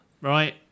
Right